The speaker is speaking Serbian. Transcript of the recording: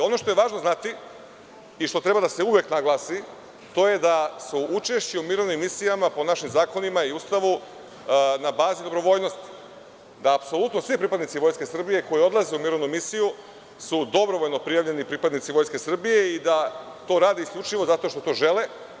Ono što je važno znati i što treba da se uvek naglasi to je da je učešće u mirovnim misijama, po našim zakonima i Ustavu, na bazi dobrovoljnosti, da apsolutno svi pripadnici Vojske Srbije koji odlaze u mirovne misije su dobrovoljno prijavljeni pripadnici Vojske Srbije i da to rade isključivo zato što to žele.